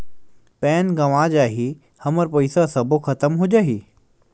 Pan गंवा जाही हमर पईसा सबो खतम हो जाही?